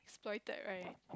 exploited right